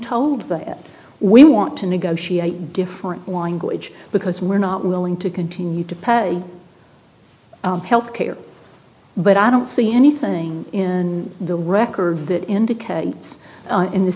told that we want to negotiate a different language because we're not willing to continue to pay health care but i don't see anything in the record that indicates in th